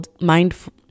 mindful